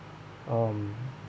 um